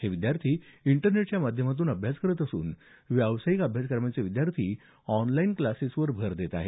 हे विद्यार्थी इंटरनेटच्या माध्यमातून अभ्यास करत असून व्यावसायिक अभ्यासक्रमांचे विद्यार्थी ऑनलाईन क्लासेसवर भर देत आहेत